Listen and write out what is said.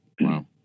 Wow